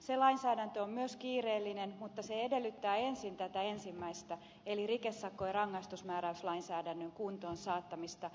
se lainsäädäntö on myös kiireellinen mutta se edellyttää ensin tätä ensimmäistä eli rikesakko ja rangaistusmääräyslainsäädännön kuntoon saattamista